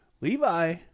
Levi